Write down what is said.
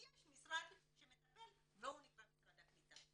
כי יש משרד שמטפל והוא נקרא משרד הקליטה.